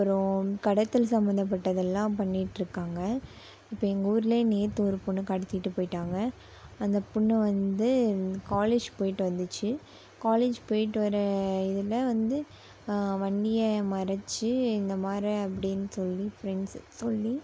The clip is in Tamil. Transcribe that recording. அப்புறம் கடத்தல் சம்பந்தப்பட்டதெல்லாம் பண்ணிகிட்ருக்காங்க இப்போ எங்கள் ஊரிலயே நேற்று ஒரு பொண்ணை கடத்திகிட்டு போய்விட்டாங்க அந்த பொண்ணு வந்து காலேஜ் போய்விட்டு வந்துச்சு காலேஜ் போய்விட்டு வர இதில் வந்து வண்டியை மறிச்சி இந்த மாதிரி அப்படினு சொல்லி ஃப்ரெண்ட்ஸ் சொல்லி